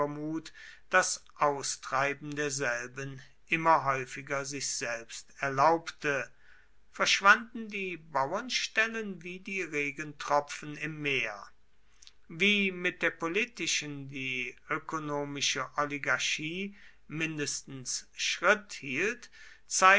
das austreiben derselben immer häufiger sich selbst erlaubte verschwanden die bauernstellen wie die regentropfen im meer wie mit der politischen die ökonomische oligarchie mindestens schritt hielt